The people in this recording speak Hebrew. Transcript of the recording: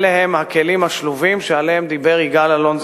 אלה הם הכלים השלובים שעליהם דיבר יגאל אלון,